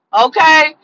okay